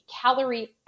calorie